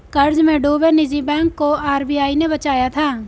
कर्ज में डूबे निजी बैंक को आर.बी.आई ने बचाया था